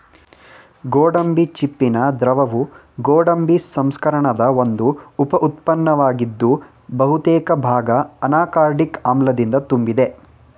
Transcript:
ಗೋಡಂಬಿ ಚಿಪ್ಪಿನ ದ್ರವವು ಗೋಡಂಬಿ ಸಂಸ್ಕರಣದ ಒಂದು ಉಪ ಉತ್ಪನ್ನವಾಗಿದ್ದು ಬಹುತೇಕ ಭಾಗ ಅನಾಕಾರ್ಡಿಕ್ ಆಮ್ಲದಿಂದ ತುಂಬಿದೆ